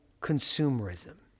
consumerism